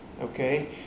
Okay